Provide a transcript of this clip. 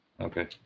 Okay